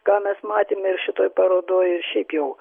ką mes matėme ir šitoj parodoj ir šiaip jau